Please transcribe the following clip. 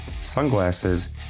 sunglasses